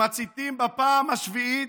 מציתים בפעם השביעית,